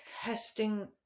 testing